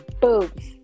boobs